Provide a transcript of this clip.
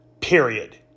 period